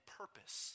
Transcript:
purpose